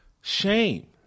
shame